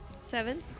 Seven